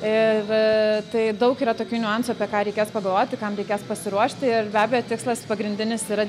ir tai daug yra tokių niuansų apie ką reikės pagalvoti kam reikės pasiruošti ir be abejo tikslas pagrindinis yra